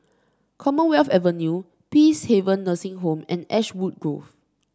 Commonwealth Avenue Peacehaven Nursing Home and Ashwood Grove